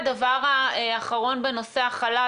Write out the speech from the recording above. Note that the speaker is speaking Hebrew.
והדבר האחרון בנושא החל"ת,